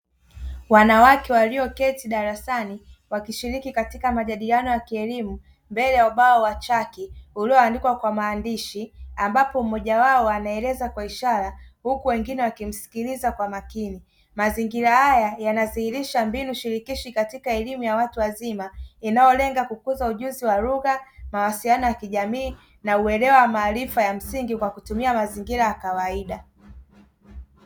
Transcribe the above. Wanawake walioketi darasani wakishiriki katika majadiliano ya kielimu, mbele ya ubao wa chaki ulioandikwa kwa maandishi, ambapo mmoja wao anaeleza kwa ishara huku wengine wakimsikiliza kwa makini; mazingira haya yanadhihirisha mbinu shirikishi katika elimu ya watu wazima, inayolenga kukuza ujuzi wa lugha, mawasiliano ya kijamii, na uelewa wa maarifa ya msingi kwa kutumia mazingira ya kawaida.